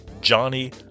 Johnny